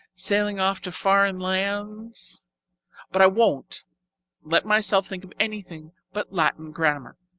sailing off to foreign lands but i won't let myself think of anything but latin grammar.